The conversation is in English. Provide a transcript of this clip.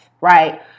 right